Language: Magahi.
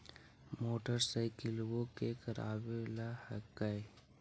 मोटरसाइकिलवो के करावे ल हेकै?